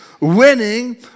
Winning